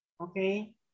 Okay